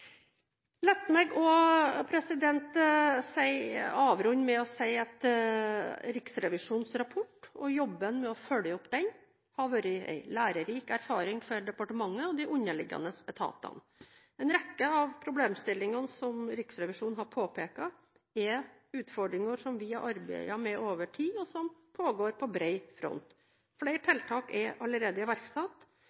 La meg avrunde med å si at Riksrevisjonens rapport, og jobben med å følge opp den, har være en lærerik erfaring for departementet og de underliggende etatene. En rekke av problemstillingene som Riksrevisjonen har påpekt, er utfordringer som vi har arbeidet med over tid. Dette arbeidet foregår på en bred front. Flere